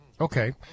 Okay